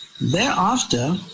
thereafter